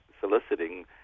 soliciting